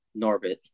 Norbit